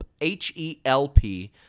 H-E-L-P